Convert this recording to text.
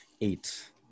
eight